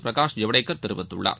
பிரகாஷ் ஜவ்டேன் தெரிவித்துள்ளார்